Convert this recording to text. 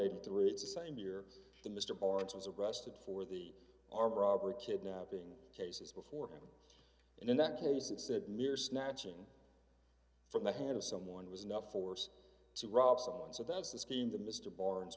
eighty three it's the same year the mr barnes was arrested for the armed robbery kidnapping cases before him and in that case it said mere snatching from the hand of someone was enough force to rob someone so that's the scheme to mr barnes